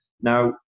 Now